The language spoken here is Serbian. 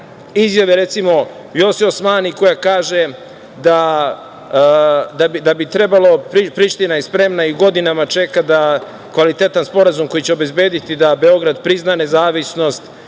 izjave, recimo, Vjose Osmani, koja kaže da je Priština spremna i godinama čeka kvalitetan sporazum koji će obezbediti da Beograd prizna nezavisnost